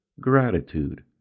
gratitude